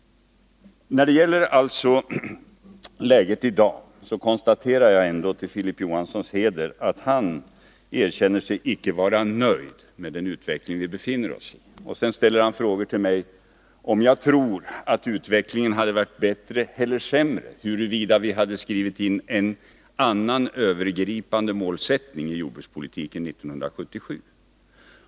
När det gäller läget i dag konstaterar jag ändå -— till Filip Johanssons heder — att han erkänner sig icke vara nöjd med den utveckling som skett. Sedan ställer han frågor till mig, om jag tror att utvecklingen skulle ha varit bättre eller sämre, ifall vi hade skrivit in en annan övergripande målsättning för jordbrukspolitiken 1977.